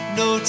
no